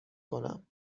کنم